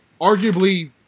arguably